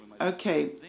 okay